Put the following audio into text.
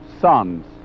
sons